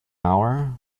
hour